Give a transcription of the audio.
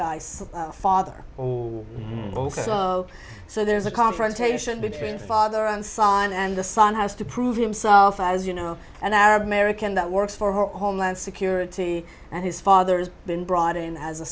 guy's father so there's a confrontation between father and son and the son has to prove himself as you know and our american that works for her homeland security and his father has been brought in as a